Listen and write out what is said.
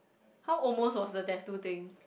how almost was the tattoo thing